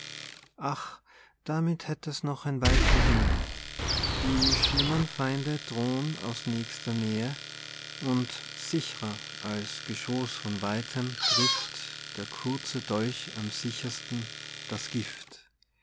ach damit hätt es noch ein weilchen hin die schlimmern feinde drohn aus nächster nähe und sichrer als geschoß von weitem trifft der kurze dolch am sichersten das gift